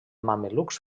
mamelucs